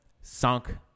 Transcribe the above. sunk